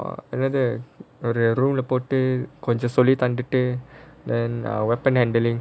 என்னது ஒரு:ennathu oru room leh போட்டுட்டு கொஞ்சம் சொல்லி குத்துது:potutu konjam solli kuthutu then weapon handling